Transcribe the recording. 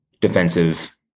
defensive